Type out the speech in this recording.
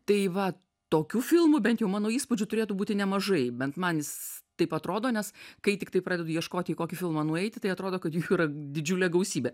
tai va tokių filmų bent jau mano įspūdžiu turėtų būti nemažai bent man jis taip atrodo nes kai tiktai pradedu ieškot į kokį filmą nueiti tai atrodo kad jų yra didžiulė gausybė